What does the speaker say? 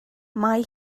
mae